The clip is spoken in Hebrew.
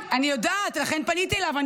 אני יודעת, לכן פניתי אליו.